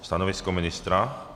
Stanovisko ministra?